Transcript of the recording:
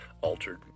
altered